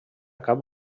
cap